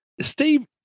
Steve